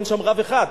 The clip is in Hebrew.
אין שם רב אחד,